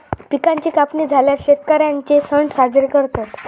पिकांची कापणी झाल्यार शेतकर्यांचे सण साजरे करतत